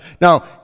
Now